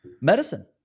medicine